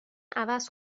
عوض